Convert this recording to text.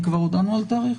כבר הודענו על תאריך?